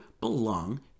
belong